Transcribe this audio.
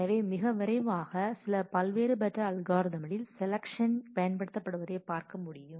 எனவே மிக விரைவாக சில பல்வேறுபட்ட அல்காரிதமில் செலக்ஷன் பயன்படுத்த படுவதை பார்க்க முடியும்